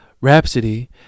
Rhapsody